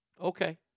Okay